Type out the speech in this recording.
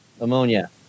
Ammonia